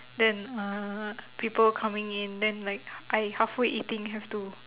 then uh people coming in then like I halfway eating have to